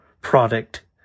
product